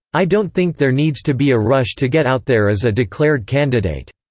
i don't think there needs to be a rush to get out there as a declared candidate.